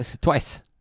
Twice